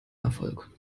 erfolg